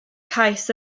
cais